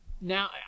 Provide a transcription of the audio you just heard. Now